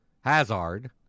Hazard